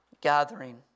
gathering